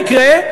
רק במקרה.